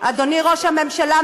אדוני ראש הממשלה,